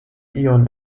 ion